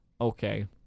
Okay